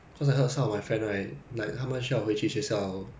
我不用 lah I think my one p~ err E learning